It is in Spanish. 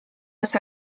las